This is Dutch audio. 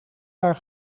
jaar